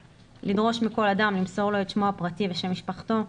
- לדרוש מכל אדם למסור לו את שמו הפרטי ושם משפחתו,